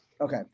Okay